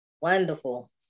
wonderful